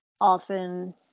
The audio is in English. often